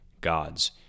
gods